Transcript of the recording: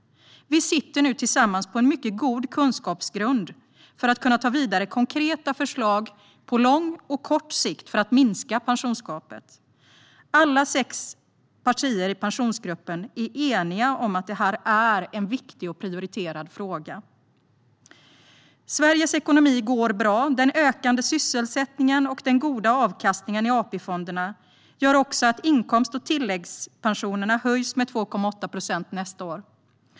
Vi sitter nu tillsammans på en mycket god kunskapsgrund för att kunna ta vidare konkreta förslag på lång och kort sikt för att minska pensionsgapet. Alla sex partier i Pensionsgruppen är eniga om att detta är en viktig och prioriterad fråga. Sveriges ekonomi går bra. Den ökande sysselsättningen och den goda avkastningen i AP-fonderna gör att inkomst och tilläggspensionerna höjs med 2,8 procent nästa år.